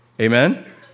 Amen